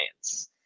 science